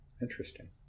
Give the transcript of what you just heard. Interesting